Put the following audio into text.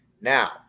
Now